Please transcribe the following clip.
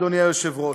אדוני היושב-ראש,